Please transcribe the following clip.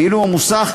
ואילו המוסך,